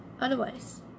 otherwise